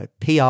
PR